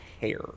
hair